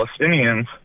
Palestinians